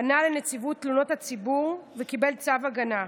פנה לנציבות פניות הציבור וקיבל צו הגנה.